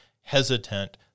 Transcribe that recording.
hesitant